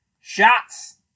shots